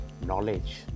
knowledge